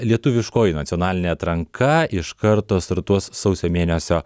lietuviškoji nacionalinė atranka iš karto startuos sausio mėnesio